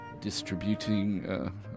distributing